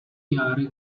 jahre